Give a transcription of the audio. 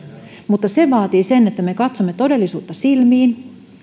mutta se vaatii sen että me katsomme todellisuutta silmiin